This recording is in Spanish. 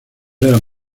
eran